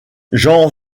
jan